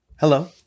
Hello